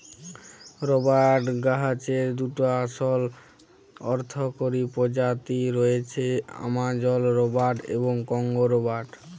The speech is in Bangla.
রবাট গাহাচের দুটা আসল অথ্থকারি পজাতি রঁয়েছে, আমাজল রবাট এবং কংগো রবাট